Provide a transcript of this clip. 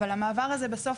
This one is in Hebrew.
אבל בסוף,